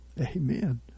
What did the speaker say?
Amen